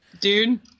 Dude